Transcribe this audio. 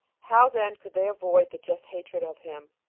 how then could they avoid the just hatred of him,